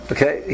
Okay